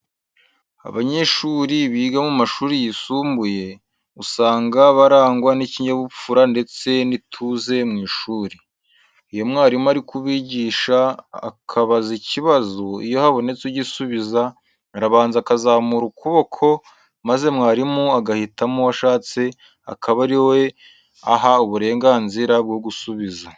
Abanyeshuri biga mu mashuri yisumbuye, usanga barangwa n'ikinyabupfura ndetse n'ituze mu ishuri. Iyo mwarimu ari kubigisha, akabaza ikibazo, iyo habonetse ugisubiza arabanza akazamura ukuboko maze mwarimu agahitamo uwo ashatse akaba ari we aha uburenganzira bwo gusubiza.